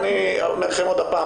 אני אומר לכם עוד הפעם,